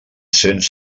cents